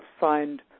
signed